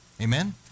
Amen